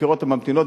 לחקירות הממתינות,